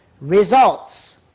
results